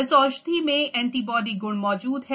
इस औषधि में एंटीबॉडी ग्रण मौजूद हैं